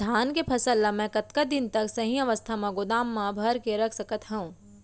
धान के फसल ला मै कतका दिन तक सही अवस्था में गोदाम मा भर के रख सकत हव?